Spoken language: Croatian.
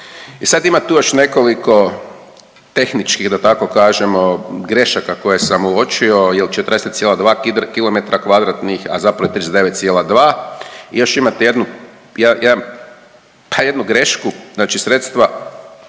I sad ima tu još nekoliko tehničkih da tako kažemo grešaka koje sam uočio jer 40,2 km2 a zapravo je 39,2. I još imate pa jednu grešku, znači sredstva